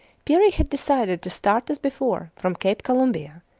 peary had decided to start as before from cape columbia,